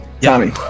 Tommy